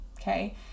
okay